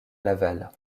laval